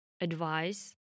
advice